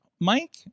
Mike